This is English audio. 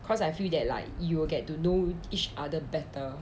cause I feel that like you will get to know each other better